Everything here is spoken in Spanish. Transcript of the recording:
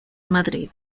madrid